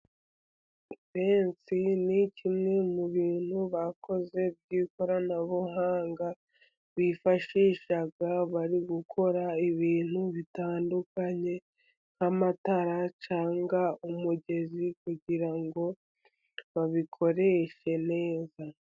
Benzi ni kimwe mu bintu bakoze by'ikoranabuhanga bifashisha bari gukora ibintu bitandukanye nk'amatara cyangwa umugezi kugira ngo babikoreshe neza.